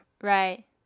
right